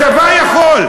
הצבא יכול.